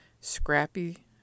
Scrappy